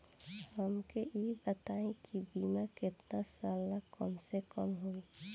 हमके ई बताई कि बीमा केतना साल ला कम से कम होई?